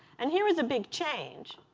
and here is a big change.